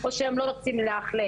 או שהם לא רוצים לאכלס,